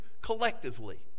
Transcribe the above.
collectively